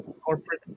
corporate